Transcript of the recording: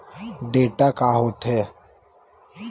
Data का होथे?